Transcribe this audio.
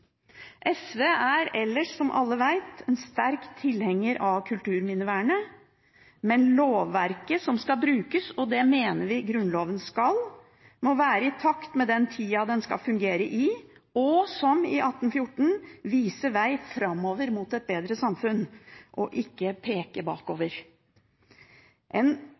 en sterk tilhenger av kulturminnevernet, men lovverket, som skal brukes, og det mener vi Grunnloven skal, må være i takt med den tida den skal fungere i, og – som i 1814 – vise vei framover mot et bedre samfunn og ikke peke bakover. Det å ha en